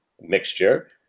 mixture